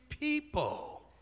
people